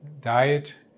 diet